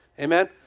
Amen